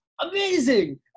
Amazing